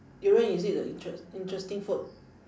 durian is it a interest~ interesting food